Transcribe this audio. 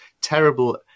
terrible